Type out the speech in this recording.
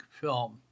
film